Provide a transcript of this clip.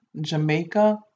Jamaica